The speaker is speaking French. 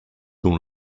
don